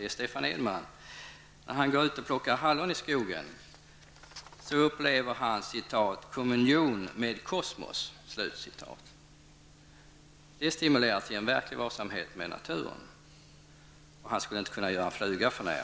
Han säger att när han går ut och plockar hallon i skogen upplever han ''kommunion med kosmos''. Det stimulerar till en verklig varsamhet med naturen, och han skulle inte kunna göra en fluga för när.